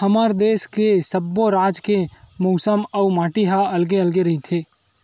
हमर देस के सब्बो राज के मउसम अउ माटी ह अलगे अलगे रहिथे